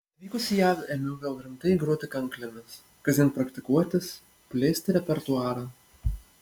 atvykusi į jav ėmiau vėl rimtai groti kanklėmis kasdien praktikuotis plėsti repertuarą